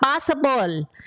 possible